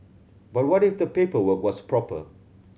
but what if the paperwork was proper